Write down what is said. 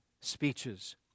speeches